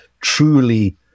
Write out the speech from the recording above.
truly